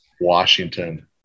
Washington